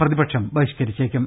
പ്രതിപക്ഷം ബഹിഷ്ക്കരിച്ചേക്കും